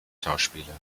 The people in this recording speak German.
schauspieler